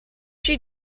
she